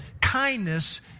kindness